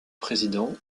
président